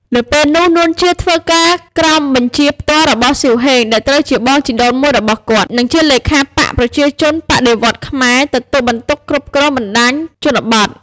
នៅពេលនោះ នួន ជា ធ្វើការក្រោមបញ្ជាផ្ទាល់របស់ សៀវ ហេង ដែលត្រូវជាបងជីដូនមួយរបស់គាត់ និងជាលេខាបក្សប្រជាជនបដិវត្តន៍ខ្មែរ ទទួលបន្ទុកគ្រប់គ្រងបណ្តាញជនបទ។